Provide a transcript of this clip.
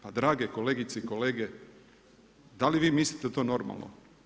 Pa drage kolegice i kolege, da li vi mislite da je to normalno?